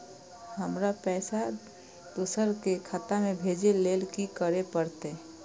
हमरा पैसा दोसर के खाता में भेजे के लेल की करे परते?